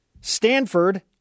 Stanford